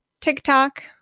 TikTok